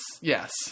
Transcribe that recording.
Yes